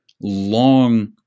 long